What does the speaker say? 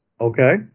Okay